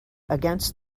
against